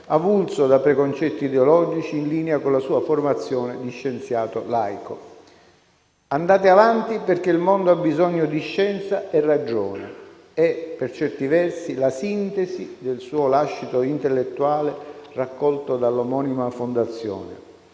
avulso da preconcetti ideologici, in linea con la sua formazione di scienziato laico. «Andate avanti, perché il mondo ha bisogno di scienza e ragione»: è, per certi versi, la sintesi del suo lascito intellettuale, raccolto dall'omonima Fondazione.